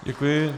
Děkuji.